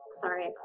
Sorry